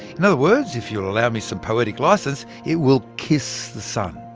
in other words, if you'll allow me some poetic license, it will kiss the sun.